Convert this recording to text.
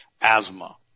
asthma